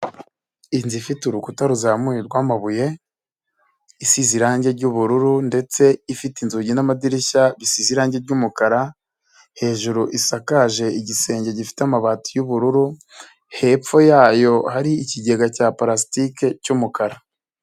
Inzu ifite urukuta ruzamuye rwamabuye, isize irangi r'bururu, ndetse ifite inzugi n'amadirishya bisize irangi ry'umukara, hejuru isakaje igisenge gifite amabati y'ubururu, hepfo yayo hari ikigega cya palastiki cy'umukara.